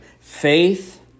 Faith